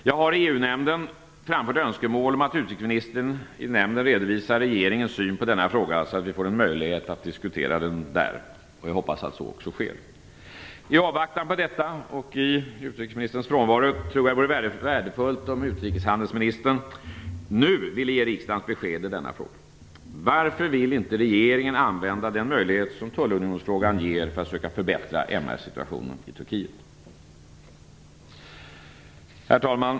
Jag har i EU-nämnden framfört önskemål om att utrikesministern i nämnden redovisar regeringens syn på denna fråga så att vi får en möjlighet att diskutera den där. Jag hoppas att så också sker. I avvaktan på detta, och i utrikesministerns frånvaro, tror jag att det vore värdefullt om utrikeshandelsministern nu ville ge riksdagen besked i denna fråga. Varför vill inte regeringen använda den möjlighet som tullunionsfrågan ger för att söka förbättra situationen när det gäller de mänskliga rättigheterna i Turkiet? Herr talman!